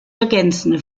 ergänzende